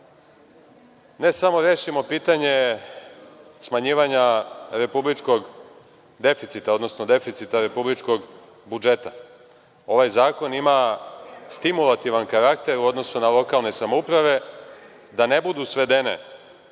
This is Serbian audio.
ne samo rešimo pitanje smanjivanja republičkog deficita, odnosno deficita republičkog budžeta. Ovaj zakon ima stimulativni karakter u odnosu na lokalne samouprave da ne budu svedene